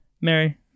mary